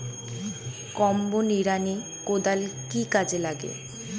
Combo নিড়ানি কোদাল কি কাজে লাগে?